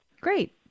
Great